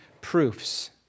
proofs